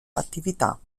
attività